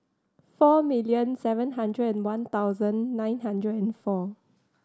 four million seven hundred and one thousand nine hundred and four